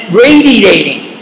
radiating